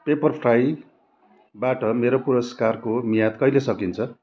पेप्परफ्राईबाट मेरो पुरस्कारको म्याद कहिले सकिन्छ